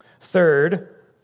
Third